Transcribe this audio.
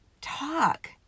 talk